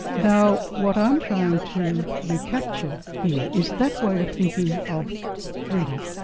now what i'm trying to recapture here is that way of thinking of freedom,